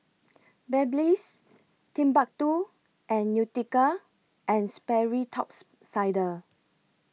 Babyliss Timbuk two and Nautica and Sperry Tops Sider